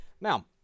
Now